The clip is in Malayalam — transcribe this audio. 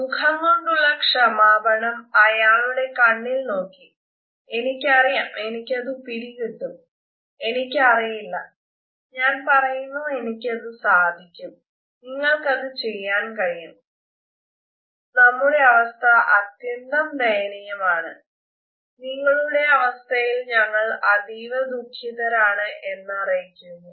മുഖം കൊണ്ടുള്ള ക്ഷമാപണം അയാളുടെ കണ്ണിൽ നോക്കി എനിക്കറിയാം എനിയ്ക്കതു പിടികിട്ടും എനിക്ക് അറിയില്ല ഞാൻ പറയുന്നു എനിക്കത് സാധിക്കും നിങ്ങൾക്കത് ചെയ്യാൻ കഴിയും നമ്മുടെ അവസ്ഥ അത്യന്തം ദയനീയമാണ് നിങ്ങളുടെ അവസ്ഥയിൽ ഞങ്ങൾ അതീവ ദുഖിതരാണ് എന്നറിയിക്കുന്നു